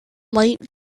late